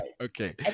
Okay